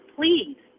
Please